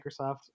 Microsoft